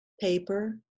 paper